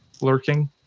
lurking